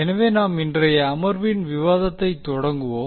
எனவே நாம் இன்றைய அமர்வின் விவாதத்தை தொடங்குவோம்